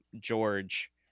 George